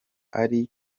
ari